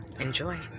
enjoy